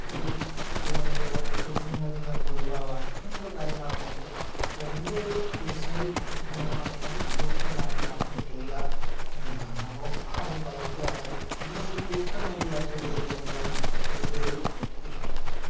അതിൽ പെട്ടതാണ് ഇതുപോലെയുള്ള ചൂഷണങ്ങളിൽ നിന്നൊക്കെ ഒഴിവാവുക അങ്ങനെയുള്ള കാര്യങ്ങളൊക്കെ ഉണ്ട് അപ്പം എൻ്റെ ഒരു പേഴ്സണൽ ഇഷ്ടം എന്ന് പറഞ്ഞുകഴിഞ്ഞാൽ കൂട്ടമായിട്ട് യാത്ര ചെയ്യുക എന്നുള്ളതാണ് അപ്പം അത് ബൈക്കായാലും എങ്ങനെയായാലും കൂട്ടമായിട്ട് യാത്ര ചെയ്യുക എന്നുള്ളതാണ് എൻ്റെ ഒരു ഇഷ്ടം